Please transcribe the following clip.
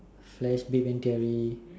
flash big Bang theory